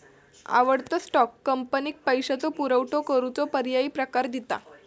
आवडतो स्टॉक, कंपनीक पैशाचो पुरवठो करूचो पर्यायी प्रकार दिता